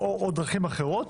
או דרכים אחרות,